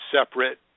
separate